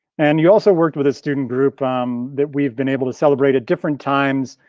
and you also worked with a student group um that we've been able to celebrate at different times,